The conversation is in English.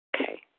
Okay